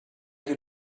your